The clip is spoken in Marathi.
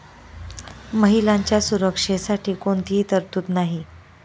महिलांच्या सुरक्षेसाठी कोणतीही तरतूद नाही